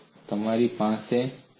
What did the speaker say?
તો આ તમારી પાસે છે